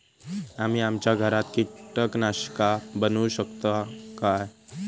आम्ही आमच्या घरात कीटकनाशका बनवू शकताव काय?